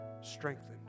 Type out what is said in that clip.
strengthened